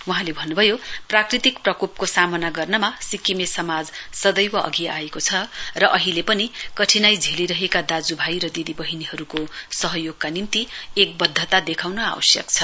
वहाँले भन्नुभयो प्राकृतिक प्रकोपको सामना गर्नमा सिक्किमे समाज सदैव अघि आएको छ र अहिले पनि कठिनाइ झेलिरहेका दाज्यु भाई दिदी बहिनीहरूको सहयोगका निम्ति एकबद्धता देखाउन आवश्यक छ